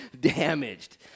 damaged